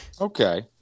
Okay